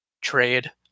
trade